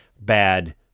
bad